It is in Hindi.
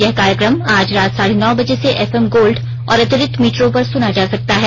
यह कार्यक्रम आज रात साढे नौ बजे से एफएम गोल्ड और अतिरिक्त मीटरों पर सुना जा सकता है